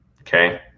Okay